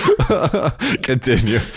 Continue